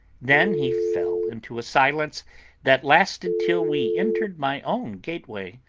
then he fell into a silence that lasted till we entered my own gateway.